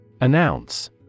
Announce